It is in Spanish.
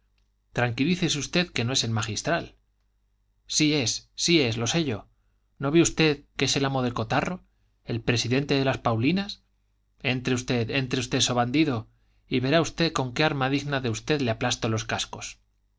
tranquilícese usted que no es el magistral sí es sí es lo sé yo no ve usted que es el amo del cotarro el presidente de las paulinas entre usted entre usted so bandido y verá usted con qué arma digna de usted le aplasto los cascos